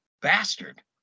bastard